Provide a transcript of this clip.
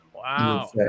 Wow